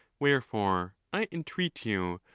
wherefore, i entreat you,